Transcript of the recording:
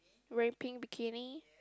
wearing pink bikini